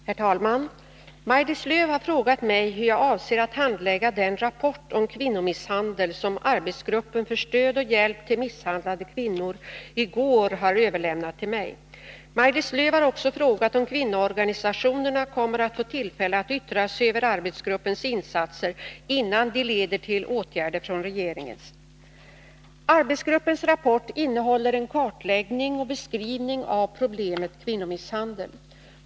Herr talman! Maj-Lis Lööw har frågat hur jag avser att handlägga den rapport om kvinnomisshandel som arbetsgruppen för stöd och hjälp till misshandlade kvinnor i går har överlämnat till mig. Maj-Lis Lööw har också frågat om kvinnoorganisationerna kommer att få tillfälle att yttra sig över arbetsgruppens insatser, innan de leder till åtgärder från regeringen. Arbetsgruppens rapport innehåller en kartläggning och beskrivning av problemet kvinnomisshandel.